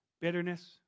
bitterness